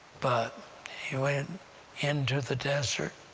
but he went into the desert